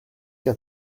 qu’à